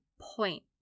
point